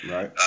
Right